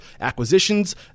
Acquisitions